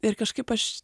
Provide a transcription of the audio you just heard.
ir kažkaip aš